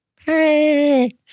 Hey